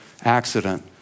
accident